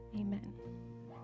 amen